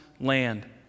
land